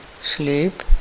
sleep